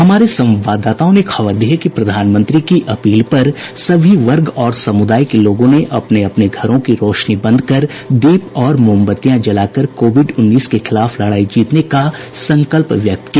हमारे संवाददाताओं ने खबर दी है कि प्रधानमंत्री की अपील पर सभी वर्ग और समुदाय के लोगों ने अपने अपने घरों की रोशनी बंद कर दीप और मोमबत्तियां जलाकर कोविड उन्नीस के खिलाफ लड़ाई जीतने का संकल्प व्यक्त किया